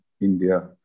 India